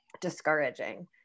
discouraging